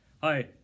Hi